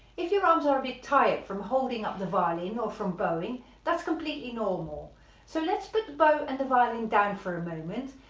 if your arms are a bit tired from holding up the violin or from bowing that's completely normal so let's put the bow and the violin down for a moment,